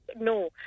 no